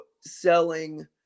selling